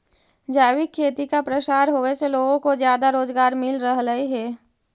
जैविक खेती का प्रसार होवे से लोगों को ज्यादा रोजगार मिल रहलई हे